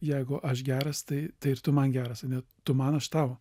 jeigu aš geras tai tai ir tu man geras ane tu man aš tau